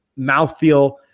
mouthfeel